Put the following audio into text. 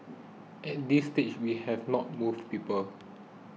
at this stage we have not moved people